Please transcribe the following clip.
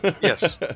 Yes